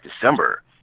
December